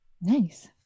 Nice